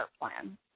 plan